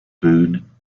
boone